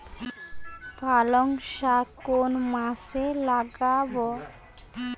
পালংশাক কোন মাসে লাগাব?